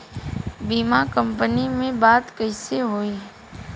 बीमा कंपनी में बात कइसे होई?